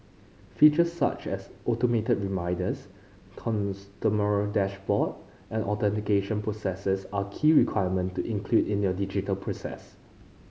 features such as automated reminders customer dashboard and authentication processes are key requirement to include in your digital process